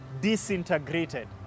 disintegrated